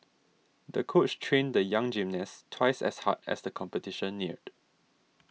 the coach trained the young gymnast twice as hard as the competition neared